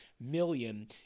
million